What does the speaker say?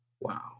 Wow